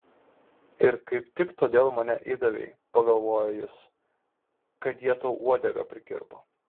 ir kaip tik todėl mane įdavei pagalvojo jis kad jie tau uodegą prikirpo